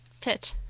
pitch